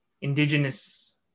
Indigenous